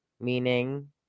Meaning